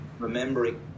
remembering